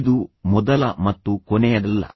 ಇದು ಮೊದಲ ಮತ್ತು ಕೊನೆಯದಲ್ಲ